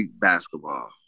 basketball